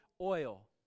oil